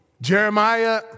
Jeremiah